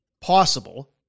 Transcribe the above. possible